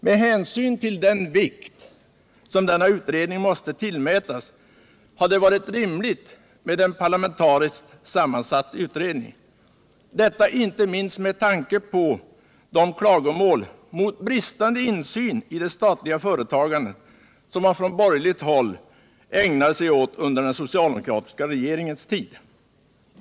Med hänsyn till den vikt som denna utredning måste tillmätas hade det varit rimligt med en parlamentariskt sammansatt utredning, detta icke minst med tanke på de klagomål för bristande insyn i det statliga företagandet, som man från borgerligt håll ägnade sig åt under den socialdemokratiska regeringens tid.